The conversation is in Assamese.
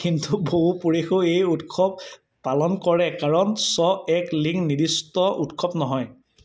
কিন্তু বহু পুৰুষেও এই উৎসৱ পালন কৰে কাৰণ ছট এক লিংগ নিৰ্দিষ্ট উৎসৱ নহয়